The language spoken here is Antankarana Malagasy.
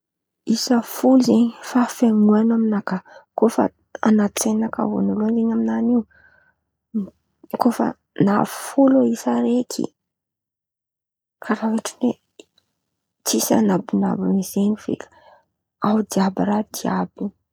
Isa folo zen̈y fahafenoan̈a amy nakà, koa fa an̈aty jerinakà vônaloan̈y zen̈y aminany in̈y kô fa folo isa araiky karàha ohatra oe tsisy an̈abon̈abo zen̈y feky, ao jiàby raha jiàby.